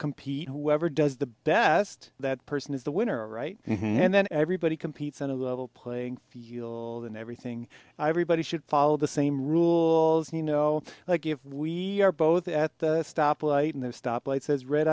compete whoever does the best that person is the winner right and then everybody competes on a level playing field and everything everybody should follow the same rules you know like if we are both at the stoplight and there's stoplight says red